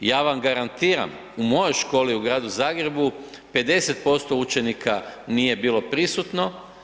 Ja vam garantiram u mojoj školi u gradu Zagrebu 50% učenika nije bilo prisutno.